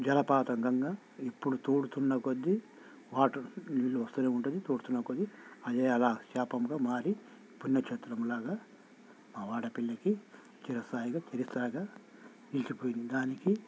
జలపాతం గంగ ఇప్పుడు తోడుతున్న కొద్దీ వాటర్ నీళ్ళు వస్తూనే ఉంటుంది తోడుతున్న కొద్దీ అది అలా శాపముగా మారి పుణ్యక్షేత్రంలాగా మా వాడపెల్లికి చిరస్థాయిగా చిరస్థాయిగా నిలిచిపోయింది దానికి